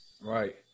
Right